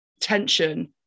tension